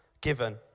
given